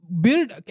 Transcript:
build